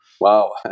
Wow